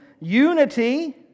unity